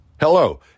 Hello